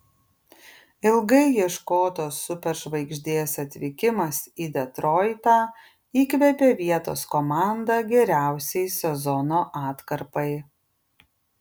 ilgai ieškotos superžvaigždės atvykimas į detroitą įkvėpė vietos komandą geriausiai sezono atkarpai